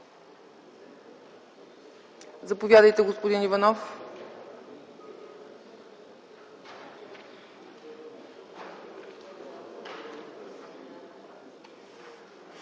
Заповядайте, господин Иванов.